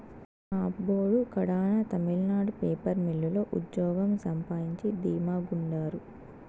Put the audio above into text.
మా అబ్బోడు కడాన తమిళనాడు పేపర్ మిల్లు లో ఉజ్జోగం సంపాయించి ధీమా గుండారు